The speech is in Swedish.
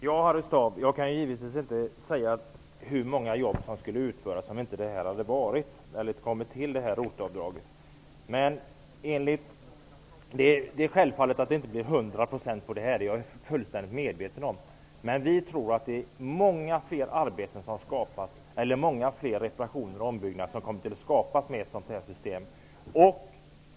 Herr talman! Jag kan givetvis inte, Harry Staaf, säga hur många jobb som skulle ha utförts om inte ROT-avdraget hade tillkommit. Självfallet är det inte fråga om 100 %. Det är jag fullständigt medveten om. Men vi tror att många fler reparationer och ombyggnader har kommit till stånd genom detta system.